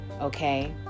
Okay